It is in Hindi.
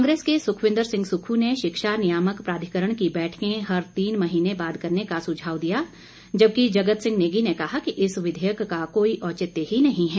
कांग्रेस के सुखविंद्र सिंह सुक्खू ने शिक्षा नियामक प्राधिकरण की बैठकें हर तीन महीने बाद करने का सुझाव दिया जबकि जगत सिंह नेगी ने कहा कि इस विधेयक का कोई औचित्य ही नहीं है